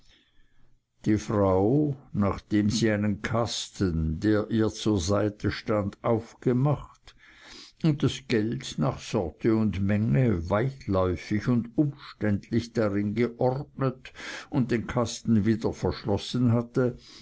die frau nachdem sie einen kasten der ihr zur seite stand aufgemacht und das geld nach sorte und menge weitläufig und umständlich darin geordnet und den kasten wieder verschlossen hatte